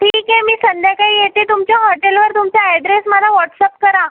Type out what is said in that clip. ठीक आहे मी संध्याकाळी येते तुमच्या हॉटेलवर तुमचा ॲड्रेस मला व्हॉटस्ॲप करा